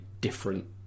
different